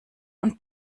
und